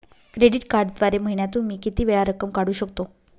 Credit कार्डद्वारे महिन्यातून मी किती वेळा रक्कम काढू शकतो?